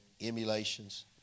emulations